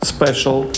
Special